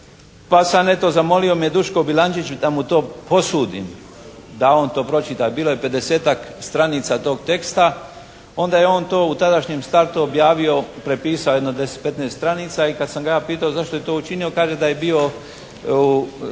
pa sam eto zamolio me Duško Bilandžić da mu to posudim da on to pročita. Bilo je pedesetak stranica tog teksta. Onda je on to u tadašnjem startu objavio, prepisao jedno deset, petnaest stranica i kada sam ga ja pitao zašto je to učinio on kaže da je bio pod